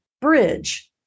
bridge